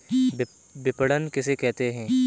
विपणन किसे कहते हैं?